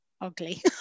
ugly